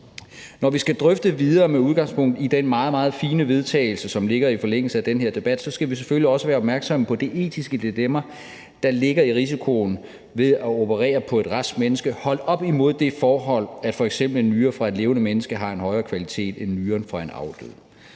Når vi skal drøfte videre med udgangspunkt i det meget, meget fine forslag til vedtagelse, hvis vedtagelse forhåbentlig ligger i forlængelse af den her debat, skal vi selvfølgelig også være opmærksom på det etiske dilemma, der ligger i risikoen ved at operere på et rask menneske, holdt op imod det forhold, at f.eks. en nyre fra et levende menneske har en højere kvalitet end en nyre fra en afdød.